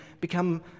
become